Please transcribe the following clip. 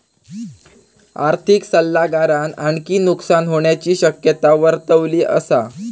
आर्थिक सल्लागारान आणखी नुकसान होण्याची शक्यता वर्तवली असा